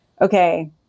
okay